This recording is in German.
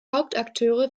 hauptakteure